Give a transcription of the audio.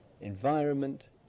environment